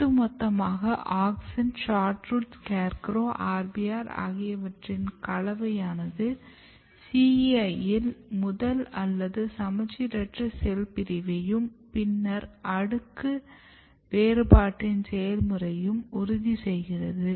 ஒட்டுமொத்தமாக auxin SHORT ROOT SCARE CROW RBR ஆகியவற்றின் கலவையானது CEI இல் முதல் அல்லது சமச்சீரற்ற செல் பிரிவையும் பின்னர் அடுக்கு வேறுபாட்டின் செயல்முறையையும் உறுதிசெய்கிறது